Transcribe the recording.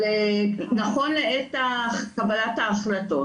אבל נכון לעת קבלת ההחלטות,